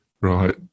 right